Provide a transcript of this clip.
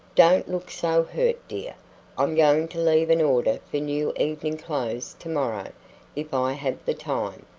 don't look so hurt, dear i'm going to leave an order for new evening clothes to-morrow if i have the time.